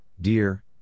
Dear